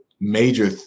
major